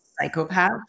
psychopath